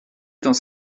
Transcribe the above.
dans